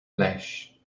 leis